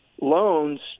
loans